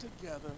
together